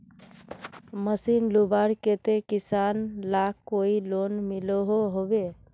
Machine लुबार केते किसान लाक कोई लोन मिलोहो होबे?